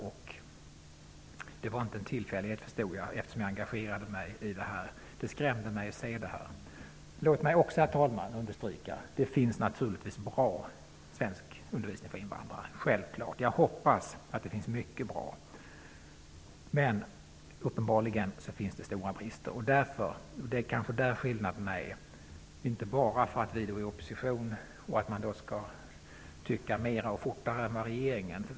Eftersom jag engagerade mig i detta förstod jag att det inte var en tillfällighet. Det skrämde mig att se detta. Herr talman! Låt mig också understryka att det naturligtvis finns bra svenskundervisning för invandrare. Det är självklart. Jag hoppas att det finns mycket bra undervisning. Men uppenbarligen finns det stora brister. Det är kanske där skillnaden ligger. Det handlar inte bara om att vi är i opposition och att man då skall tycka mer och fortare än regeringen.